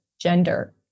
gender